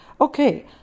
okay